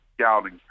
scouting